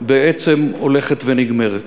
בעצם הולכת ונגמרת.